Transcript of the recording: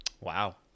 Wow